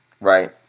right